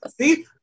See